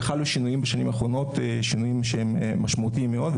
חלו בשנים האחרונות שינויים משמעותיים מאוד,